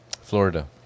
Florida